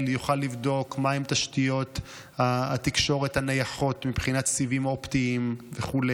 יוכל לבדוק מהן תשתיות התקשורת הנייחות של סיבים אופטימיים וכו',